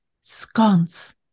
sconce